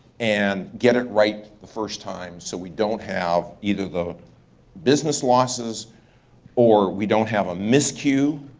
and get it right the first time so we don't have either the business losses or we don't have a miscue,